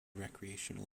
recreational